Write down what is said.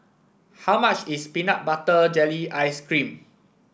how much is Peanut Butter Jelly Ice cream